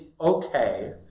okay